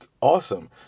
awesome